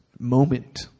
moment